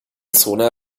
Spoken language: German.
zone